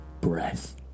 breath